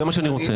זה מה שאני רוצה.